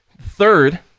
third